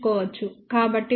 కాబట్టి మనం gs ను 1